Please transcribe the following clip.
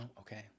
okay